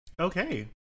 Okay